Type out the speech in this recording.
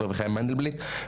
אביחי מנדלבליט,